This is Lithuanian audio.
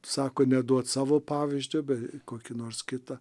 sako neduot savo pavyzdžio be kokį nors kitą